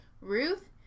ruth